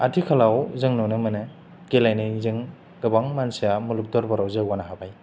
आथिखालाव जों नुनो मोनो गेलेनायजों गोबां मानसिया मुलुग दर्बाराव जौगानो हाबाय